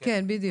כן.